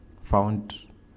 found